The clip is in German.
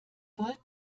wollt